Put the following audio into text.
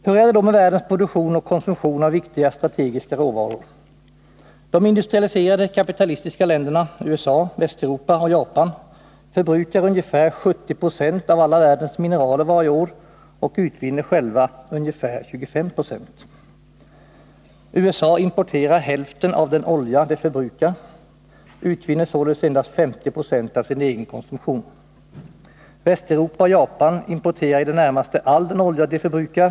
Hur är det då med världens produktion och konsumtion av viktiga strategiska råvaror? De industrialiserade, kapitalistiska länderna, USA, Västeuropa och Japan, förbrukar ungefär 70 90 av alla världens mineraler varje år och utvinner själva ungefär 25 960. USA importerar hälften av den olja det förbrukar och utvinner således endast 50 26 av sin egen konsumtion. Västeuropa och Japan importerar i det närmaste all den olja de förbrukar.